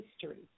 history